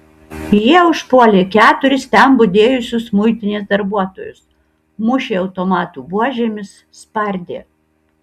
jie užpuolė keturis ten budėjusius muitinės darbuotojus mušė automatų buožėmis spardė